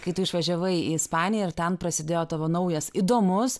kai tu išvažiavai į ispaniją ir ten prasidėjo tavo naujas įdomus